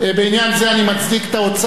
בעניין זה אני מצדיק את האוצר,